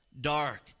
dark